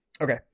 okay